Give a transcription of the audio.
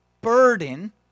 burden